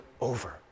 over